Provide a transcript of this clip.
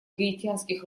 гаитянских